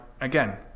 again